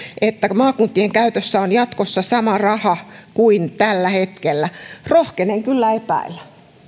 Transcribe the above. että maakuntien käytössä on jatkossa sama raha kuin tällä hetkellä rohkenen kyllä epäillä